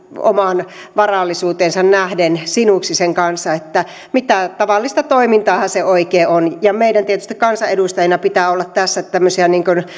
omaan varallisuuteensa nähden sinuiksi sen kanssa että tavallista toimintaahan se on meidän tietysti kansanedustajina pitää olla tässä tämmöisiä